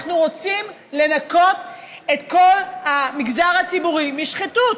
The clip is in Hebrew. אנחנו רוצים לנקות את כל המגזר הציבורי משחיתות.